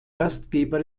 gastgeber